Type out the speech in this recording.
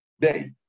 day